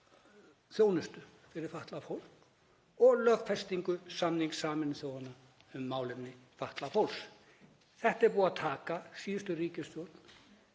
þjónustu fyrir fatlað fólk og lögfestingu samnings Sameinuðu þjóðanna um málefni fatlaðs fólks. Þetta er búið að taka síðustu ríkisstjórn